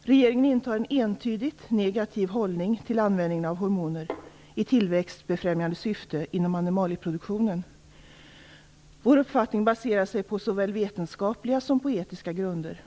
Regeringen intar en entydigt negativ hållning till användningen av hormoner i tillväxtbefrämjande syfte inom animalieproduktionen. Vår uppfattning baserar sig på såväl vetenskapliga som etiska grunder.